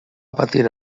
patir